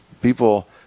people